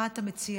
מה אתה מציע?